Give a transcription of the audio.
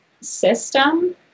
system